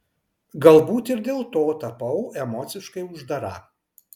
galbūt ir dėl to tapau emociškai uždara